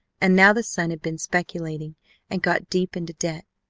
and now the son had been speculating and got deep into debt.